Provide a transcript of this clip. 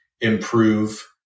improve